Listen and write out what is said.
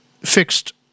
fixed